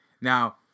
Now